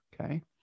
okay